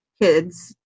kids